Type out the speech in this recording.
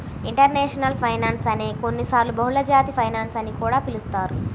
international finance నే కొన్నిసార్లు బహుళజాతి ఫైనాన్స్ అని కూడా పిలుస్తారు